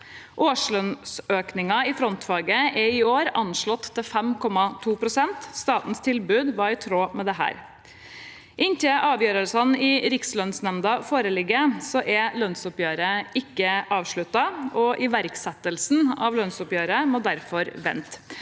Årslønnsøkningen i frontfaget er i år anslått til 5,2 pst. Statens tilbud var i tråd med dette. Inntil avgjørelsene i Rikslønnsnemnda foreligger, er lønnsoppgjøret ikke avsluttet, og iverksettelsen av lønnsoppgjøret må derfor vente.